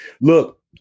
Look